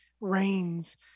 rains